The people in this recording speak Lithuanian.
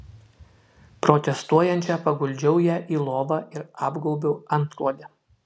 protestuojančią paguldžiau ją į lovą ir apgaubiau antklode